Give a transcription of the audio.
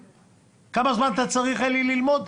כמה זמן אתה צריך ללמוד?